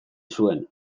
zuen